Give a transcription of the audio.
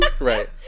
right